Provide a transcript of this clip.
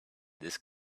this